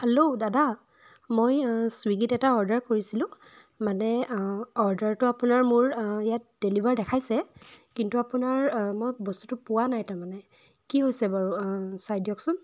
hello দাদা মই ছুইগিত এটা অৰ্ডাৰ কৰিছিলোঁ মানে অৰ্ডাৰটো আপোনাৰ মোৰ ইয়াত ডেলিভাৰ দেখাইছে কিন্তু আপোনাৰ মই বস্তুটো পোৱা নাই তাৰমানে কি হৈছে বাৰু চাই দিয়কচোন